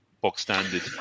box-standard